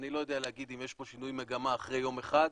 אני לא יודע להגיד אם יש פה שינוי מגמה אחרי יום אחד,